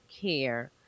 care